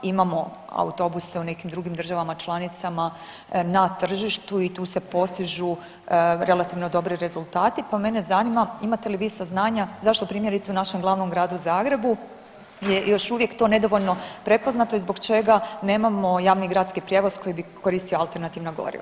Imamo autobuse u nekim drugim državama članicama na tržištu i tu se postižu relativno dobri rezultati, pa mene zanima imate li saznanja zašto primjerice u našem glavnom gradu Zagrebu je još uvijek to nedovoljno prepoznato i zbog čega nemamo javni gradski prijevoz koji bi koristio alternativna goriva.